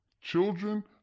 children